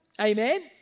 amen